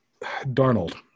Darnold